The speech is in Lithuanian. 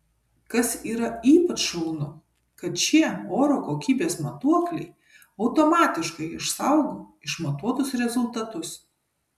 kas yra ypač šaunu kad šie oro kokybės matuokliai automatiškai išsaugo išmatuotus rezultatus